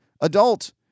adult